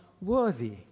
worthy